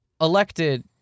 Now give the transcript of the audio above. elected